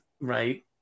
Right